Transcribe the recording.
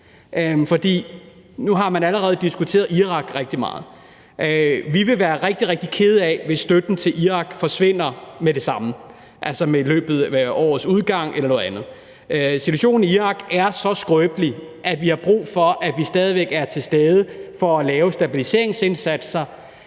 Nu har man allerede diskuteret Irak rigtig meget. Vi vil være rigtig, rigtig kede af, hvis støtten til Irak forsvinder i løbet af årets udgang eller noget lignende. Situationen i Irak er så skrøbelig, at vi har brug for, at vi stadig væk er til stede for at lave stabiliseringsindsatser,